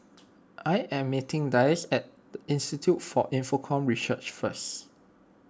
I am meeting Dayse at Institute for Infocomm Research first